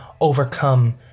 overcome